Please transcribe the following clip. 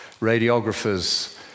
radiographer's